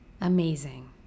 Amazing